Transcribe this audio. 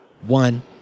one